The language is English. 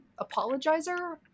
apologizer